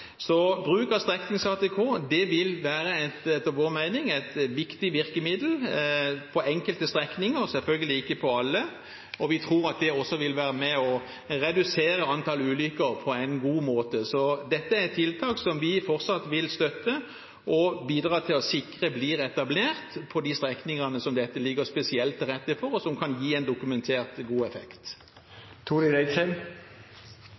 Så bruk av streknings-ATK vil etter vår mening være et viktig virkemiddel på enkelte strekninger, selvfølgelig ikke på alle, og vi tror det vil være med på å redusere antallet ulykker på en god måte. Dette er et tiltak som vi fortsatt vil støtte og bidra til å sikre blir etablert på de strekningene som ligger spesielt til rette for dette, og hvor det kan gi en dokumentert god